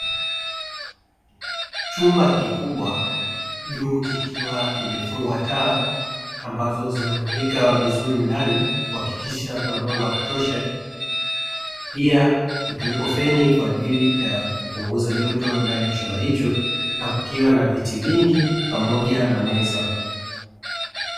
Chumba kikubwa juu kikiwa kimefungwa taa, ambazo zinamulika vizuri ndani kuhakikisha kuna mwanga wa kutosha, pia ikiwepo feni kwa ajili ya kupunguza joto ndani ya chumba hicho, na kukiwa kuna viti vingi pamoja na meza.